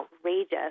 outrageous